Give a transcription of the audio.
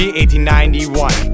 1891